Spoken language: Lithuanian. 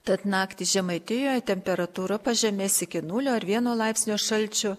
tad naktį žemaitijoje temperatūra pažemės iki nulio ar vieno laipsnio šalčio